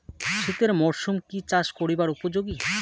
শীতের মরসুম কি চাষ করিবার উপযোগী?